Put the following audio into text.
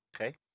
okay